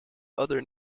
other